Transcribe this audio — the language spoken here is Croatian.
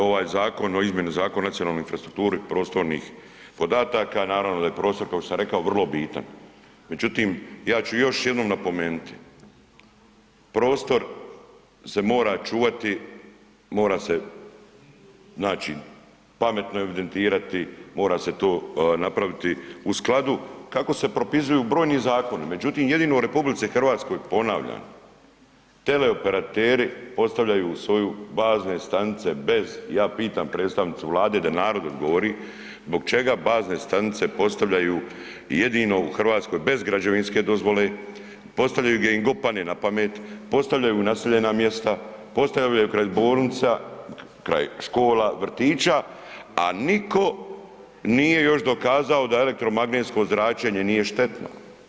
Ovaj zakon o izmjeni Zakona o nacionalnoj infrastrukturi prostornih podataka, naravno da je prostor kao što sam rekao, vrlo bitan, međutim, ja ću još jednom napomenuti, prostor se mora čuvati, mora se znači pametno evidentirati, mora se to napraviti u skladu kako se propisuju brojni zakon, međutim jedino u RH ponavljam, teleoperateri postavljaju svoje bazne stanice bez, ja pitam predstavnicu Vlade, da narodu odgovori, zbog čega bazne stanice postavljaju jedino u Hrvatskoj bez građevinske dozvole, postavljaju gdje im god padne na pamet, postavljaju u naseljena mjesta, postavljaju ih kraj bolnica, kraj škola, vrtića, a niko nije još dokazao da elektromagnetsko zračenje nije štetno.